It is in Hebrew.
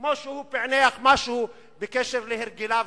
כמו זה שפענח משהו בקשר להרגליו